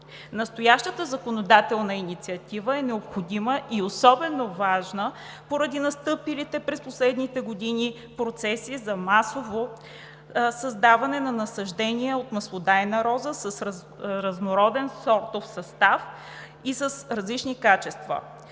Настоящата законодателна инициатива е необходима и особено важна поради настъпилите през последните години процеси за масово създаване на насаждения от маслодайна роза с разнороден сортов състав и с различни качества.